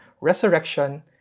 resurrection